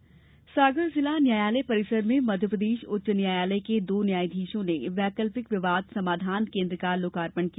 समाधान केन्द्र सागर जिला न्यायालय परिसर में मध्यप्रदेश उच्च न्यायालय के दो न्यायाधीशों ने वैकल्पिक विवाद समाधान केन्द्र का लोकार्पण किया